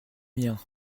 miens